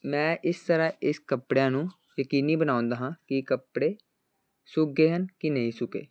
ਮੈਂ ਇਸ ਤਰ੍ਹਾਂ ਇਸ ਕੱਪੜਿਆਂ ਨੂੰ ਯਕੀਨੀ ਬਣਾਉਂਦਾ ਹਾਂ ਕਿ ਇਹ ਕੱਪੜੇ ਸੁੱਕ ਗਏ ਹਨ ਕਿ ਨਹੀਂ ਸੁੱਕੇ